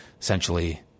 essentially